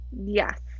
Yes